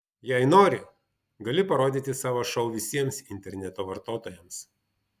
jei nori gali parodyti savo šou visiems interneto vartotojams